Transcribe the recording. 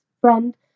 friend